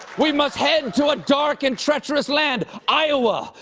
we must head to a dark and treacherous land, iowa.